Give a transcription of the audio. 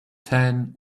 tan